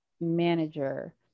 manager